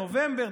נובמבר,